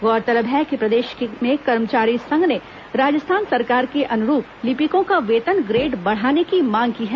गौरतलब है कि प्रदेश के कर्मचारी संघ ने राजस्थान सरकार के अनुरूप लिपिकों का वेतन ग्रेड बढ़ाने की मांग की है